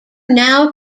now